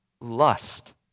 lust